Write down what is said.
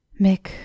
Mick